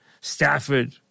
Stafford